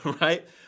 Right